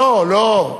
לא, לא.